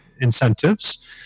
incentives